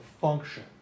function